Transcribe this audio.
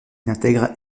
intègre